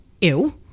Ew